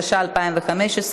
התשע"ה 2015,